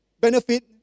benefit